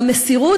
והמסירות,